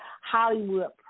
Hollywood